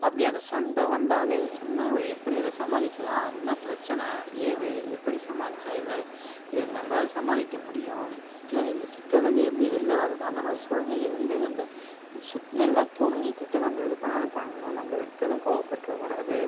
அப்படி அந்த சண்டை வந்தாலே என்ன எப்படி இதை சமாளிக்கலாம் என்ன பிரச்சின ஏது எப்படி சமாளிச்சால் இதில் இதை நம்மளால் சமாளிக்க முடியும் இந்த சிக்கலிலேருந்து எப்படி வெளியில் வரது அந்த மாதிரி சூழல்நிலை வந்து நம்ம நல்லா புரிஞ்சுகிட்டு நம்ம எது பண்ணுனாலும் பண்ணணும் நம்ம எடுத்ததும் கோவப்பட்டுடக்கூடாது